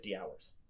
hours